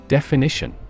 Definition